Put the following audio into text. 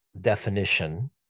definition